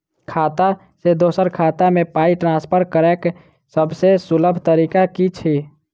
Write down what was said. खाता सँ दोसर खाता मे पाई ट्रान्सफर करैक सभसँ सुलभ तरीका की छी?